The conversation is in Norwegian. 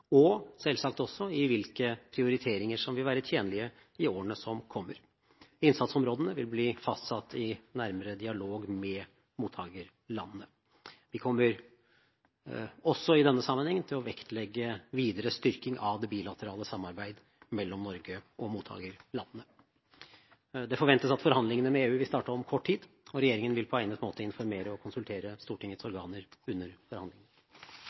og selvsagt også i hvilke prioriteringer som vil være tjenlige i årene som kommer. Innsatsområdene vil bli fastsatt i nærmere dialog med mottakerlandene. Vi kommer også i denne sammenheng til å vektlegge videre styrking av det bilaterale samarbeidet mellom Norge og mottakerlandene. Det forventes at forhandlingene med EU vil starte om kort tid, og regjeringen vil på egnet måte informere og konsultere Stortingets organer under forhandlingene.